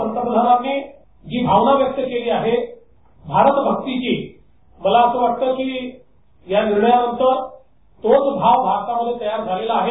पंतप्रधानांनी जी भावना व्यक्त केली आहे भारतभक्तीची मला असं वाटते की या निर्णयानंतर तोच भाव भारतामध्ये तयार झालेला आहे